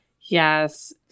yes